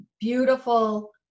beautiful